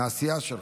מהסיעה שלך,